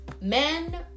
men